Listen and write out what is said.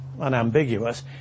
unambiguous